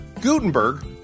Gutenberg